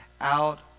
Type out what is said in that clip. out